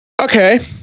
okay